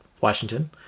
Washington